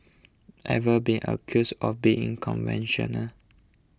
ever been accused of being conventional